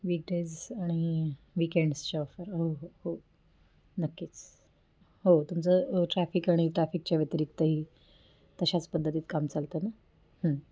weekdays आणि वीकेंड्सच्या offer हो हो हो नक्कीच हो तुमचं ट्रॅफिक आणि ट्रॅफिकच्या व्यतिरिक्तही तशाच पद्धतीत काम चालतं ना